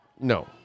No